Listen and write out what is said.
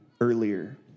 earlier